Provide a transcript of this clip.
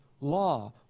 law